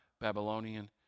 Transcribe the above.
Babylonian